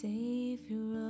Savior